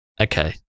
okay